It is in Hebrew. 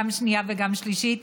גם שנייה וגם שלישית,